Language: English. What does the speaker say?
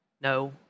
No